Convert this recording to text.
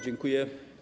Dziękuję.